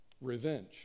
revenge